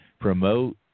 promote